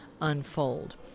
unfold